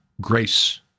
grace